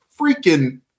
freaking